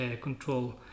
control